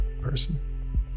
person